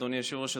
אדוני היושב-ראש,